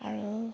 আৰু